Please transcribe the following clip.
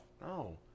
No